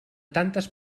tantes